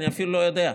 אני אפילו לא יודע.